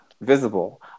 visible